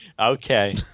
okay